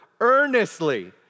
earnestly